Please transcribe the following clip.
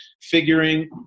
figuring